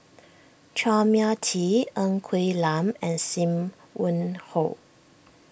Chua Mia Tee Ng Quee Lam and Sim Wong Hoo